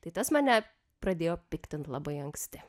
tai tas mane pradėjo piktint labai anksti